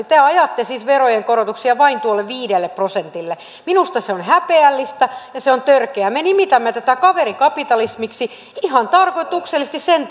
te ajatte siis verojen korotuksia vain tuolle viidelle prosentille minusta se on häpeällistä ja se on törkeää me nimitämme tätä kaverikapitalismiksi ihan tarkoituksellisesti sen